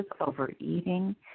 overeating